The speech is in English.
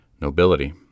Nobility